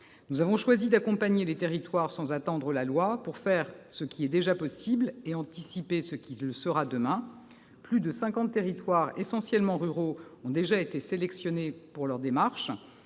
Nous avons choisi d'accompagner les territoires sans attendre la loi, pour faire ce qui est déjà possible et anticiper ce qui le sera demain. Plus de cinquante territoires, essentiellement ruraux, ont déjà été sélectionnés pour leur démarche.